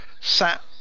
sat